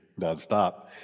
nonstop